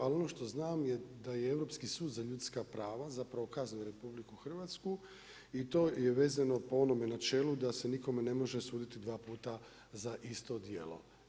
Ali ono što znam je da je Europski sud za ljudska prava zapravo kaznio RH i to je vezano po onome načelu da se nikome ne može suditi dva puta za isto djelo.